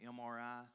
MRI